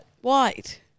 White